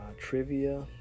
trivia